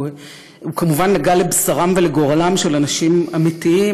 הוא כמובן נגע לבשרם ולגורלם של אנשים אמיתיים,